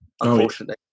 Unfortunately